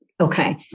Okay